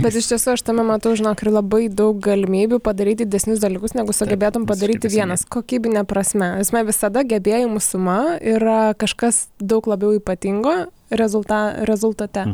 bet iš tiesų aš tame matau žinok ir labai daug galimybių padaryt didesnius dalykus negu sugebėtum padaryti vienas kokybine prasme esmė visada gebėjimų suma yra kažkas daug labiau ypatingo rezulta rezultate